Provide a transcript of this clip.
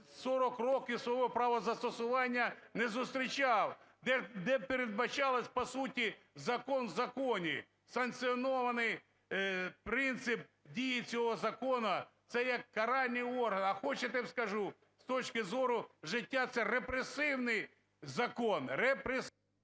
40 років свого правозастосування не зустрічав, де передбачалось по суті закон в законі. Санкціонований принцип дії цього закону це як каральний орган. А хочете скажу? З точки зору життя – це репресивний закон,